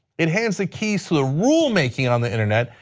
enhance keys to the rulemaking on the internet,